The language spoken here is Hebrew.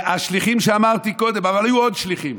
השליחים שאמרתי קודם, אבל היו עוד שליחים.